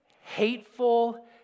hateful